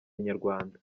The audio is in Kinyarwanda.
inyarwanda